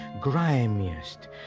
grimiest